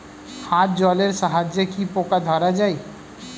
হাত জলের সাহায্যে কি পোকা ধরা যায়?